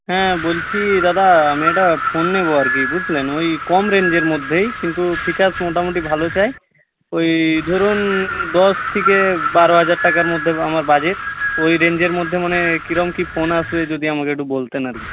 হ্যাঁ বলছি দাদা আমি একটা ফোন নেবো আর কি বুঝলেন ওই কম রেঞ্জের মধ্যেই কিন্তু ফিচার্স মোটামুটি ভালো চাই ওই ধরুন দশ থেকে বারো হাজার টাকার মধ্যে আমার বাজেট ওই রেঞ্জের মধ্যে মনে হয় কীরকম কী ফোন আসবে যদি আমাকে একটু বলতেন আর কি